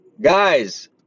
Guys